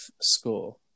score